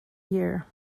year